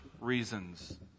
reasons